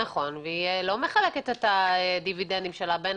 והיא לא מחלקת את הדיבידנדים שלה בין